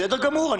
בסדר גמור.